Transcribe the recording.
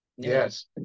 Yes